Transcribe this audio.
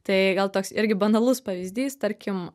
tai gal toks irgi banalus pavyzdys tarkim